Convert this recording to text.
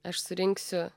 aš surinksiu